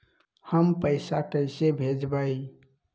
हम पैसा कईसे भेजबई?